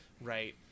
right